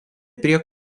prie